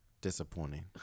Disappointing